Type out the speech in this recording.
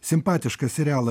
simpatišką serialą